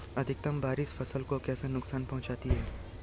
अत्यधिक बारिश फसल को कैसे नुकसान पहुंचाती है?